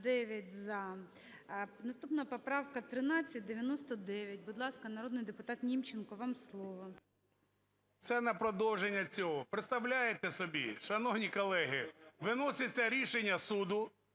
Наступна поправка – 1399. Будь ласка, народний депутат Німченко, вам слово. 16:37:35 НІМЧЕНКО В.І. Це на продовження цього. Представляєте собі, шановні колеги, виноситься рішення суду,